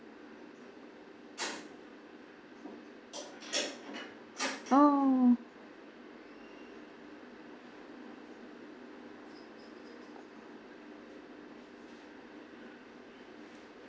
oh